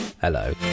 Hello